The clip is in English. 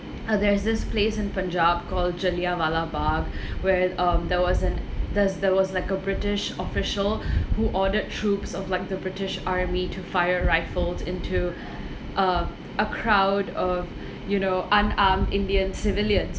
uh there's this place in punjab called jallianwala-bagh where um there was an there's there was like a british official who ordered troops of like the british army to fire rifles into a a crowd of you know unarmed indian civilian